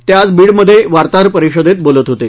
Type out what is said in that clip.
ते आज बीडमध्ये वार्ताहर परिषदेत बोलत होते